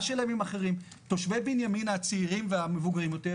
תושבי בנימינה הצעירים והמבוגרים יותר,